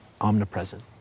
omnipresent